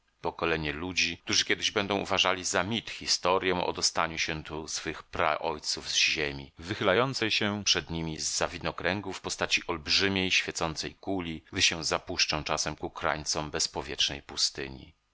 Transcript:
pokolenie ludzi którzy kiedyś będą uważali za mit historję o dostaniu się tu swych praojców z ziemi wychylającej się przed nimi z za widnokręgu w postaci olbrzymiej świecącej kuli gdy się zapuszczą czasem ku krańcom bezpowietrznej pustyni